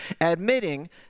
admitting